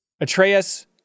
Atreus